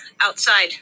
outside